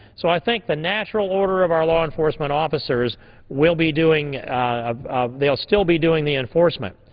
so i think the natural orderer of our law enforcement officers will be doing they'll still be doing the enforcement